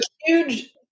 huge